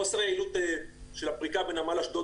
חוסר היעילות של הפריקה בנמל אשדוד